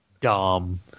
dumb